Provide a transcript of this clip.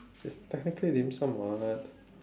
it's technically dim-sum [what]